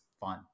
fun